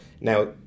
Now